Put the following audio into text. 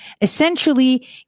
essentially